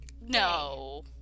No